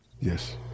Yes